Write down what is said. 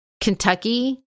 Kentucky